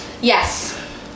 Yes